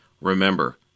Remember